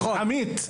עמית,